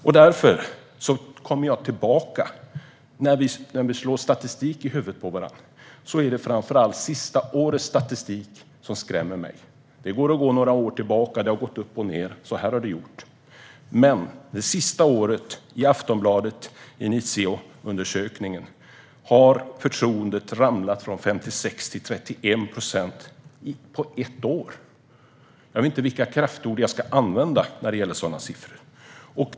Jag återkommer därför till det senaste årets statistik som skrämmer mig - om vi nu ska slå statistik i huvudet på varandra. Man kan gå några år tillbaka och se att kurvorna går upp och ned, men en undersökning gjord av Aftonbladet och Inizio för det senaste året visar att förtroendet har ramlat ned från 56 till 31 procent - alltså på ett år! Jag vet inte vilka kraftord jag ska använda om sådana siffror.